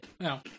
No